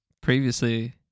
previously